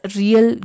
real